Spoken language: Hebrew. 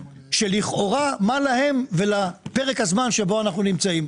שלכאורה מה להם ולפרק הזמן בו אנחנו נמצאים.